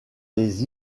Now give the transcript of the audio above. les